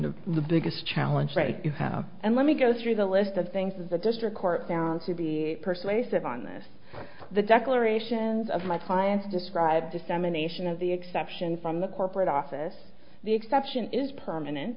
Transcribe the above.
of the biggest challenge right you have and let me go through the list of things that the district court found to be persuasive on this the declarations of my clients describe dissemination of the exception from the corporate office the exception is permanent